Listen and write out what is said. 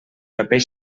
paper